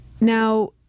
Now